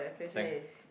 thanks